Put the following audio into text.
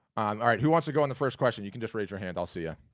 ah who wants to go on the first question? you can just raise your hand. i'll see you.